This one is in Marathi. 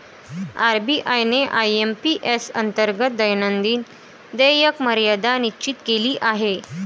आर.बी.आय ने आय.एम.पी.एस अंतर्गत दैनंदिन देयक मर्यादा निश्चित केली आहे